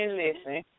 listen